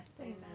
Amen